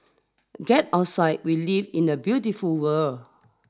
get outside we live in a beautiful world